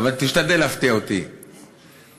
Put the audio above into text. אבל תשתדל להפתיע אותי בתשובה.